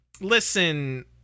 listen